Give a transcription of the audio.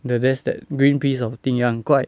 the desk that green piece of thing ya quite